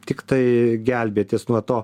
tiktai gelbėtis nuo to